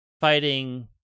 fighting